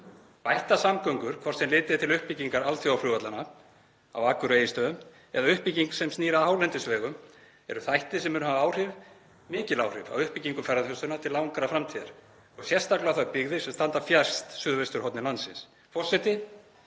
Bættar samgöngur, hvort sem litið er til uppbyggingar alþjóðaflugvallanna á Akureyri og Egilsstöðum eða uppbyggingar sem snýr að hálendisvegum, eru þættir sem munu hafa mikil áhrif á uppbyggingu ferðaþjónustunnar til langrar framtíðar og sérstaklega þær byggðir sem standa fjærst suðvesturhorni landsins.